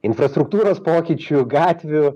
infrastruktūros pokyčių gatvių